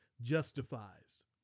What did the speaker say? justifies